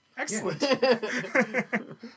excellent